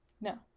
No